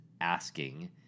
asking